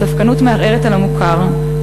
הספקנות מערערת על המוכר,